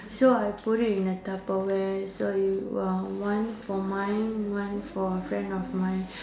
so I put it in a tupperware so you uh one for mine one for friend of mine